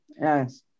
Yes